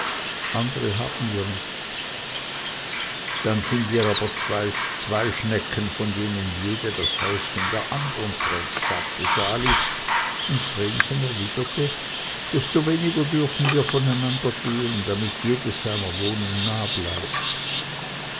andere haben wir nicht dann sind wir aber zwei schnecken von denen jede das häuschen der andern trägt sagte sali und vrenchen erwiderte desto weniger dürfen wir voneinander gehen damit jedes seiner wohnung nah bleibt